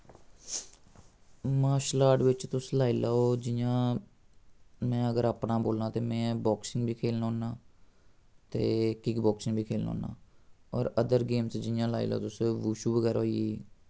martial art बिच्च तुस लाई लाओ जि'यां में अगर अपना बोल्लां ते में बाक्सिंग बी खेलना होन्नां ते किक बाक्सिंग बी खेलना होन्नां और अदर गेम्स जि'यां लाई लाओ तुस वुशु बगैरा होई गेई